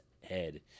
head